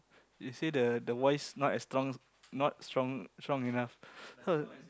is say the the voice not as strong not strong strong enough her